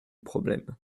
problème